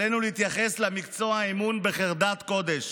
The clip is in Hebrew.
עלינו להתייחס למקצוע האימון בחרדת קודש.